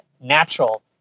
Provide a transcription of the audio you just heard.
natural